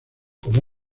como